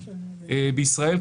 בישראל,